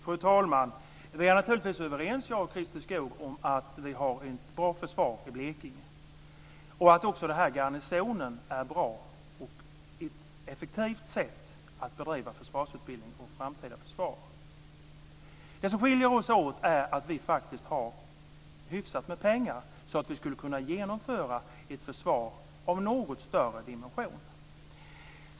Fru talman! Vi är naturligtvis överens jag och Christer Skoog om att vi har ett bra försvar i Blekinge och att även garnisonen är bra och ett effektivt sätt bedriva försvarsutbildning och framtida försvar. Det som skiljer oss åt är att vi faktiskt har hyfsat med pengar så att vi skulle kunna genomföra ett försvar av något större dimensioner.